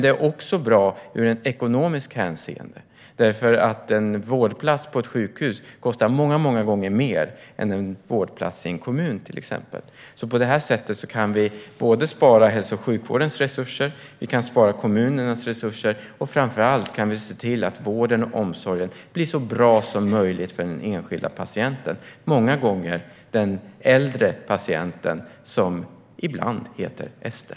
Det är också bra i ekonomiskt hänseende därför att en vårdplats på ett sjukhus många gånger kostar mer än en vårdplats i exempelvis en kommun. På detta sätt kan vi spara både på hälso och sjukvårdens resurser och på kommunernas resurser. Framför allt kan vi se till att vården och omsorgen blir så bra som möjligt för den enskilda patienten, som många gånger är äldre och ibland heter Ester.